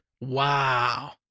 Wow